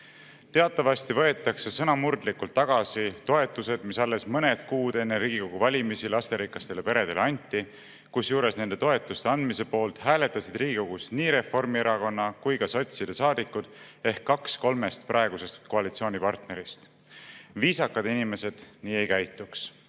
Teatavasti võetakse sõnamurdlikult tagasi toetused, mis alles mõned kuud enne Riigikogu valimisi lasterikastele peredele anti, kusjuures nende toetuste andmise poolt hääletasid Riigikogus nii Reformierakonna kui ka sotside saadikud ehk kaks kolmest praegusest koalitsioonipartnerist. Viisakad inimesed nii ei käituks.